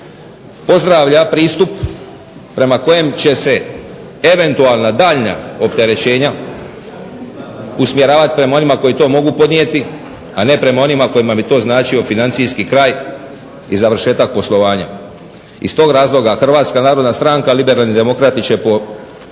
pozdravlja pristup prema kojem će se eventualna daljnja opterećenja usmjeravati prema onima koji to mogu podnijeti a ne prema onima kojima bi to značio financijski kraj i završetak poslovanja. Iz tog razloga HNS i Liberalni demokrati će podržati